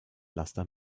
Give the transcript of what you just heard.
laster